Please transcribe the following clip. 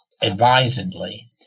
advisedly